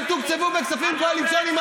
הם תוקצבו בכספים קואליציוניים,